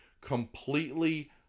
completely